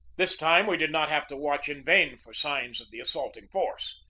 this time we did not have to watch in vain for signs of the assaulting force.